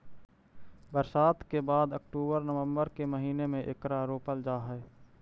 बरसात के बाद अक्टूबर नवंबर के महीने में एकरा रोपल जा हई